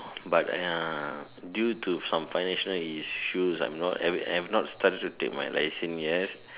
but I due to some financial issues I'm not I have not started to take my license yet